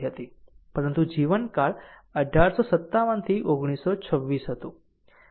તેમનું જીવનકાળ 1857 થી 1926 હતું